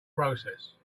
process